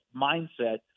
mindset